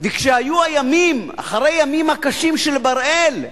וכשהיו הימים, אחרי הימים הקשים של בראל,